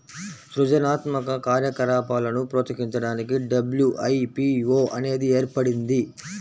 సృజనాత్మక కార్యకలాపాలను ప్రోత్సహించడానికి డబ్ల్యూ.ఐ.పీ.వో అనేది ఏర్పడింది